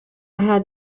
had